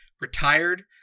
retired